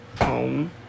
home